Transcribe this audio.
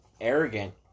arrogant